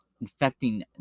infecting